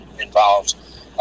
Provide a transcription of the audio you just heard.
involved